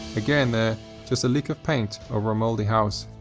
again they're just a lick of paint over a mouldy house.